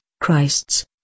Christs